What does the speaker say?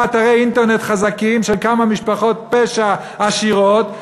אתרי אינטרנט חזקים של כמה משפחות פשע עשירות,